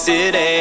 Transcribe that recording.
City